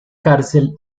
cárcel